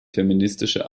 feministische